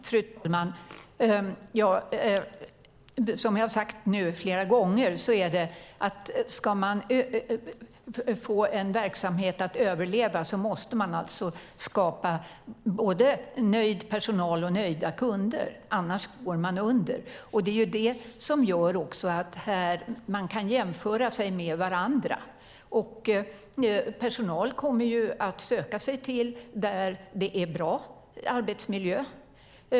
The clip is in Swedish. Fru talman! Som jag har sagt flera gånger, ska man få en verksamhet att överleva måste man skapa både nöjd personal och nöjda kunder, annars går man under. Det är också det som gör att man kan jämföra sig med varandra. Personal kommer ju att söka sig till apotek där det är bra arbetsmiljö.